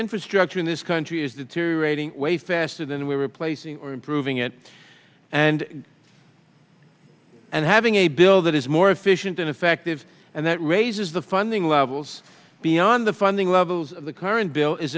infrastructure in this country is deteriorating way faster than we are replacing or improving it and and having a bill that is more efficient and effective and that raises the funding levels beyond the funding levels the current bill is